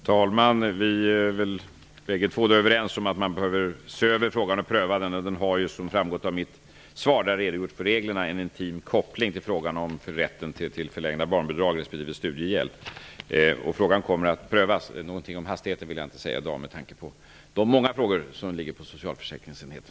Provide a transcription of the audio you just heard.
Fru talman! Vi är överens om att man behöver se över frågan och pröva den. Den har ju en intim koppling till frågan om rätten till förlängt barnbidrag respektive studiehjälp. Det framgick också av mitt svar där jag redogjorde för reglerna. Frågan kommer att prövas. Jag vill inte säga något om hastigheten i dag med tanke på de många frågor som ligger på socialförsäkringsenheten.